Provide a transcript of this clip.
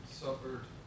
suffered